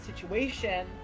situation